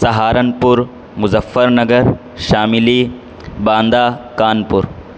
Saharanpur Muzaffarnagar Shamli Banda Kanpur